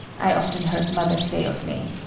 i often heard mother say of me.